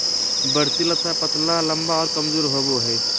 बढ़ती लता पतला लम्बा आरो कमजोर होबो हइ